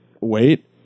wait